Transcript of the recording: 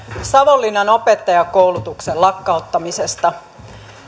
savonlinnan opettajankoulutuksen lakkauttamisesta